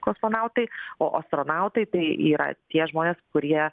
kosmonautai o astronautai tai yra tie žmonės kurie